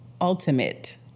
ultimate